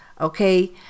okay